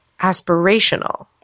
aspirational